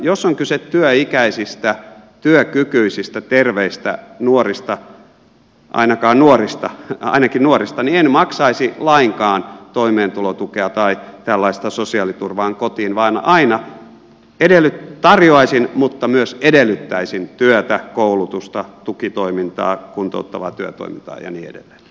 jos on kyse työikäisistä työkykyisistä terveistä nuorista ainakin nuorista niin en maksaisi lainkaan toimeentulotukea tai tällaista sosiaaliturvaa kotiin vaan tarjoaisin mutta aina myös edellyttäisin työtä koulutusta tukitoimintaa kuntouttavaa työtoimintaa ja miedot